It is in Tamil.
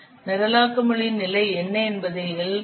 நிரலாக்க மொழியின் நிலை என்ன என்பதை L குறிக்கிறது